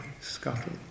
scuttle